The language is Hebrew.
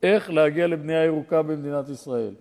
אחר אבל ישנו מפעל במפרץ חיפה